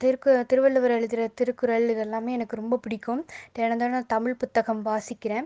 திருக்குறள் திருவள்ளுவர் எழுதுகிற திருக்குறள் இது எல்லாமே எனக்கு ரொம்ப பிடிக்கும் தினம் தினம் தமிழ் புத்தகம் வாசிக்கிறன்